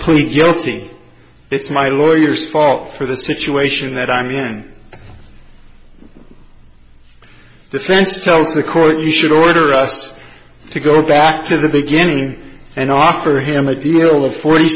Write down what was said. plead guilty it's my lawyers fault for the situation that i'm in the sense tells the court he should order us to go back to the beginning and offer him a deal of forty